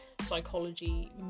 psychology